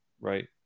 right